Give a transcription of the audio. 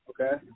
Okay